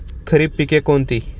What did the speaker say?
खरीप पिके कोणती?